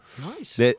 Nice